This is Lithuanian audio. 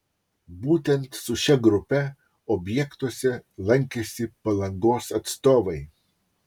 būtent su šia grupe objektuose lankėsi palangos atstovai